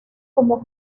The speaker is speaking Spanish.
como